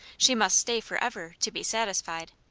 she must stay forever, to be satisfied.